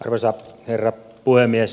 arvoisa herra puhemies